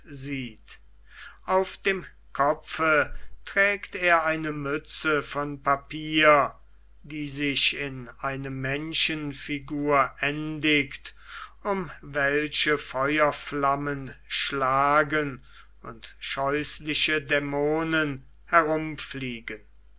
sieht auf dem kopfe trägt er eine mütze von papier die sich in eine menschenfigur endigt um welche feuerflammen schlagen und scheußliche dämonen herumfliegen